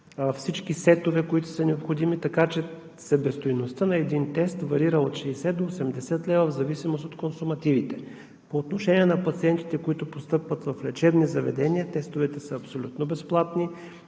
всички сетове, които са необходими. Така че себестойността на един тест варира от 60 до 80 лв. в зависимост от консумативите. По отношение на пациентите, които постъпват в лечебни заведения, тестовете са абсолютно безплатни.